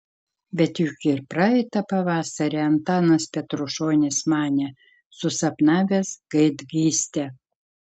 bet juk ir praeitą pavasarį antanas petrušonis manė susapnavęs gaidgystę